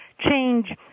change